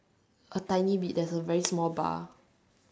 a tiny bit there's a very small bar